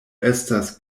estas